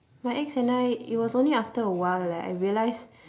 my ex and I it was only after a while like I realize